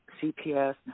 CPS